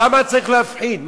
למה צריך להפחיד?